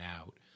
out